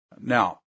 Now